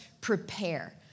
prepare